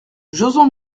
joson